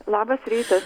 labas rytas